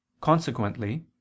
consequently